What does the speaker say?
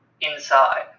inside